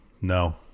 No